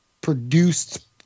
produced